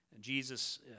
Jesus